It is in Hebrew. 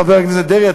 חבר הכנסת דרעי,